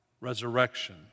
resurrection